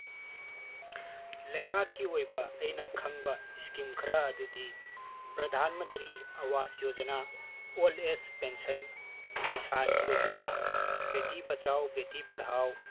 ꯂꯩꯉꯥꯛꯀꯤ ꯑꯣꯏꯕ ꯑꯩꯅ ꯈꯪꯕ ꯏꯁꯀꯤꯝ ꯈꯔ ꯑꯗꯨꯗꯤ Pradhan Mantri Awas Yojana old age pension Kisan Yojana Beti Bachao Beti Padhao